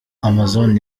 amazon